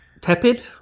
Tepid